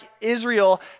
Israel